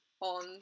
on